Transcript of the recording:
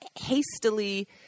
hastily